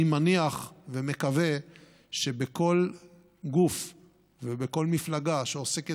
אני מניח ומקווה שבכל גוף ובכל מפלגה שעוסקת